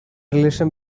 relation